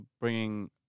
bringing